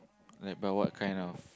like but what kind of